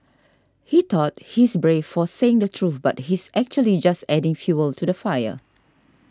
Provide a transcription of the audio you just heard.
he thought he's brave for saying the truth but he's actually just adding fuel to the fire